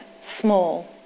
small